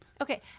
Okay